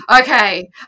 okay